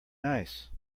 nice